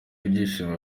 ibyishimo